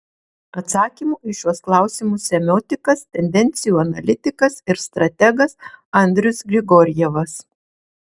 atsakymų į šiuos klausimus semiotikas tendencijų analitikas ir strategas andrius grigorjevas